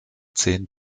zehn